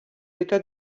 état